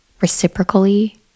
reciprocally